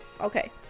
Okay